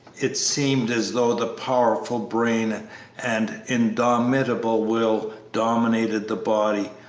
it seemed as though the powerful brain and indomitable will dominated the body,